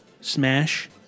Smash